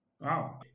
Wow